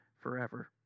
forever